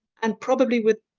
and probably with